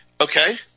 okay